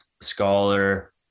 scholar